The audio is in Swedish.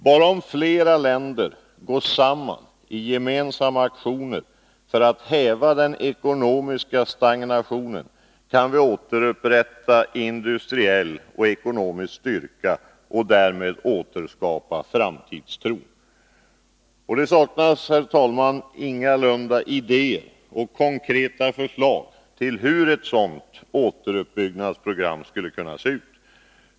Bara om flera länder går samman i gemensamma aktioner för att häva den ekonomiska stagnationen kan vi återupprätta industriell och ekonomisk styrka och återskapa framtidstron. Det saknas, herr talman, ingalunda idéer och konkreta förslag om hur ett sådant återuppbyggnadsprogram skulle kunna se ut.